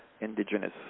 indigenous